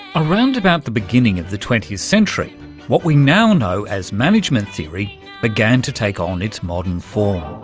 around about the beginning of the twentieth century what we now know as management theory began to take on its modern form.